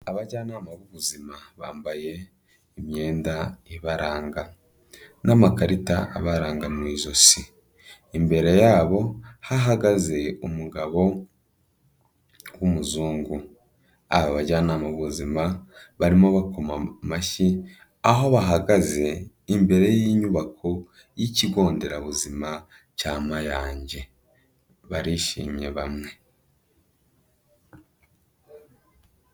Abajyanama b'ubuzima, bambaye imyenda ibaranga n'amakarita abaranga mu ijosi. Imbere yabo, hahagaze umugabo w'umuzungu. Aba bajyanama b'ubuzima barimo bakoma amashyi aho bahagaze, imbere y'inyubako y'ikigo nderabuzima cya Mayange, barishimye bamwe.